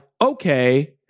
okay